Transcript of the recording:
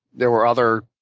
there were other